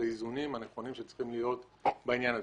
לאיזונים הנכונים שצריכים להיות בעניין הזה.